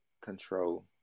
control